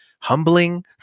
humbling